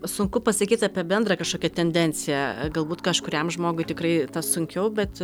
sunku pasakyt apie bendrą kažkokią tendenciją galbūt kažkuriam žmogui tikrai tas sunkiau bet